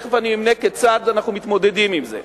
ותיכף אמנה כיצד אנחנו מתמודדים עם זה.